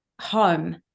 home